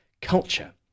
culture